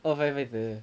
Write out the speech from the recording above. orh firefighter